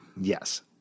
Yes